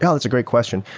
yeah that's a great question.